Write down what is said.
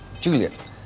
Juliet